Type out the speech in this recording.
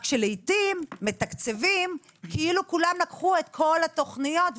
רק שלעיתים מתקצבים כאילו כולם לקחו את כל התוכניות,